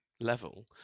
level